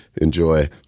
enjoy